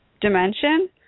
dimension